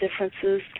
differences